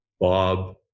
Bob